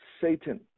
Satan